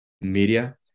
media